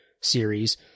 series